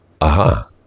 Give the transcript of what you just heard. aha